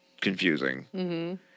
confusing